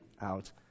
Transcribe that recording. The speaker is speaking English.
out